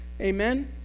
amen